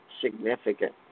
Significant